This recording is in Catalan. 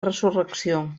resurrecció